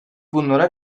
bunlara